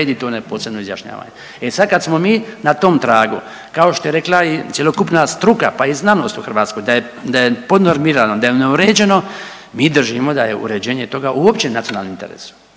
to neposredno izjašnjavanje. E sad kad smo mi na tom tragu, kao što je rekla i cjelokupna struka pa i znanost u Hrvatskoj da je podnormirano, da je neuređeno mi držimo da je uređenje toga uopće nacionalni interes.